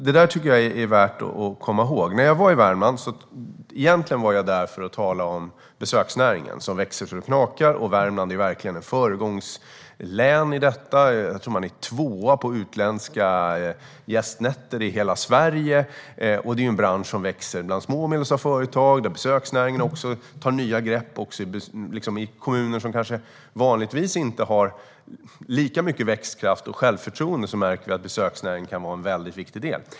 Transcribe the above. Det är värt att komma ihåg. Jag var egentligen i Värmland för att tala om besöksnäringen, som växer så det knakar. Värmland är verkligen ett föregångslän i detta. Jag tror att man är tvåa när det gäller utländska gästnätter i hela Sverige. Det är en bransch som växer bland små och medelstora företag. Besöksnäringen tar också nya grepp. I kommuner som kanske vanligtvis inte har lika mycket växtkraft och självförtroende märker vi att besöksnäringen kan vara en väldigt viktig del.